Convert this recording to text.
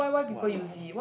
!walao!